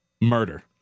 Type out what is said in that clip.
Murder